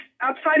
outside